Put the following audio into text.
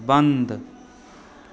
बन्द